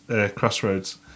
crossroads